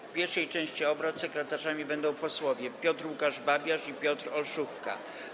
W pierwszej części obrad sekretarzami będą posłowie Piotr Łukasz Babiarz i Piotr Olszówka.